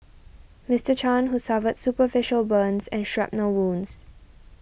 Mister Chan who suffered superficial burns and shrapnel wounds